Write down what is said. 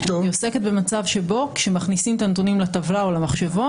אלא במצב שבו כשמכניסים את הנתונים לטבלה או למחשבון,